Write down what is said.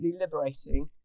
liberating